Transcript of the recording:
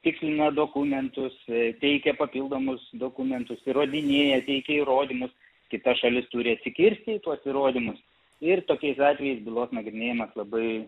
tikslina dokumentus teikia papildomus dokumentus įrodinėja teikia įrodymus kita šalis turi atsikirsti į tuos įrodimus ir tokiais atvejais bylos nagrinėjimas labai